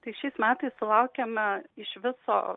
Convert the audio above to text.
tai šiais metais sulaukėme iš viso